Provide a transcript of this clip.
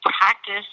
practice